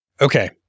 Okay